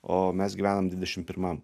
o mes gyvenam dvidešim pirmam